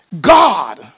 God